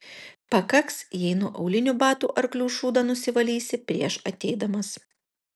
pakaks jei nuo aulinių batų arklių šūdą nusivalysi prieš ateidamas